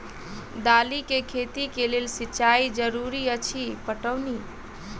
दालि केँ खेती केँ लेल सिंचाई जरूरी अछि पटौनी?